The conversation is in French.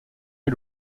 est